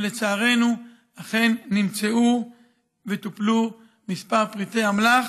ולצערנו אכן נמצאו וטופלו כמה פריטי אמל"ח.